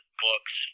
books